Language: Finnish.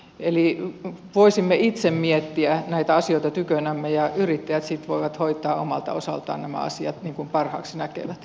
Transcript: eli voisimme itse miettiä näitä asioita tykönämme ja yrittäjät sitten voivat hoitaa omalta osaltaan nämä asiat niin kuin parhaaksi näkevät